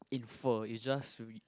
infer you just read